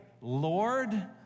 Lord